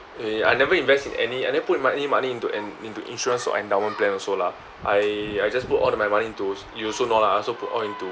eh I never invest in any I never put any money into an into insurance or endowment plan also lah I I just put all the my money into you also know lah I also put all into